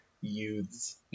Youths